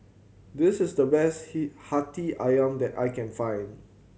this is the best he Hati Ayam that I can find